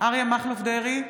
אריה מכלוף דרעי,